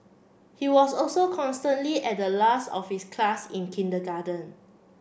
he was also constantly at the last of his class in kindergarten